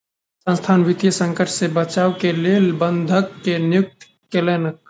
संसथान वित्तीय संकट से बचाव के लेल प्रबंधक के नियुक्ति केलक